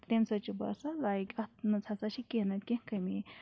تیٚمہِ سۭتۍ چھُ باسان لایک اَتھ منٛز ہَسا چھِ کینٛہہ نَتہٕ کینٛہہ کٔمی